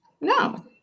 No